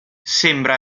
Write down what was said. sembra